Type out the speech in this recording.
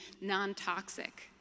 non-toxic